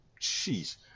jeez